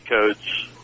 codes